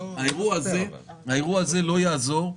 האירוע הזה לא יעזור.